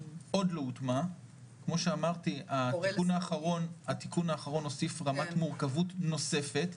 כמו שאמרתי התיקון האחרון הוסיף רמת מורכבות נוספת.